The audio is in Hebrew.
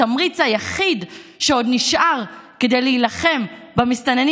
התמריץ היחיד שעוד נשאר כדי להילחם במסתננים